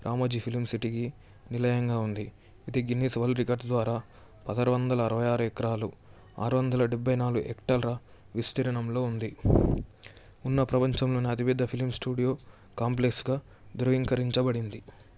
రామోజీ ఫిలింసిటీకి నిలయంగా ఉంది ఇది గిన్నిస్ వరల్డ్ రికార్డ్స్ ద్వారా పదహారు వందల అరవై ఆరు ఎకరాలు ఆరు వందల డెబ్భై నాలుగు హెక్టార్ల విస్తీర్ణంలో ఉంది ఉన్న ప్రపంచంలో అతిపెద్ద ఫిలిమ్స్ స్టూడియో కాంప్లెక్స్గా ధ్రువీకరించబడింది